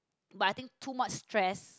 but I think too much stress